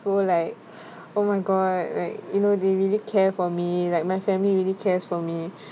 so like oh my god right you know they really care for me like my family really cares for me